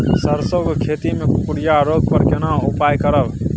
सरसो के खेती मे कुकुरिया रोग पर केना उपाय करब?